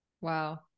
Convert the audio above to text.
Wow